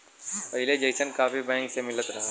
पहिले जइसन copy bank से मिलत रहल